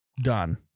done